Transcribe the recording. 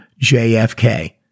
JFK